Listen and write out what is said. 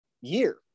year